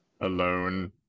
Alone